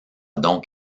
donc